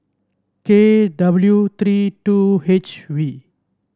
K W three two H V